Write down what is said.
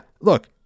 look